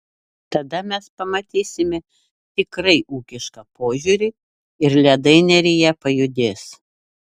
tada mes pamatysime tikrai ūkišką požiūrį ir ledai neryje pajudės